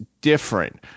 different